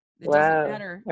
Wow